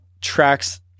tracks